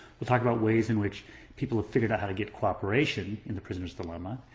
we'll talk about ways in which people have figured out how to get cooperation in the prisoner's dilemma.